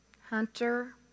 Hunter